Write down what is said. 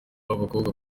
b’abakobwa